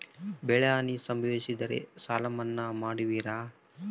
ಬೆಳೆಹಾನಿ ಸಂಭವಿಸಿದರೆ ಸಾಲ ಮನ್ನಾ ಮಾಡುವಿರ?